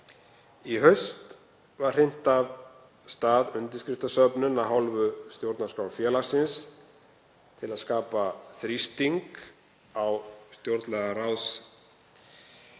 Í haust var hrint af stað undirskriftasöfnun af hálfu Stjórnarskrárfélagsins til að skapa þrýsting á að stjórnarskráin